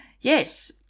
Yes